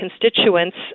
constituents